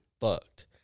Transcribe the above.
fucked